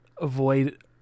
avoid